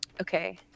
Okay